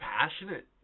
passionate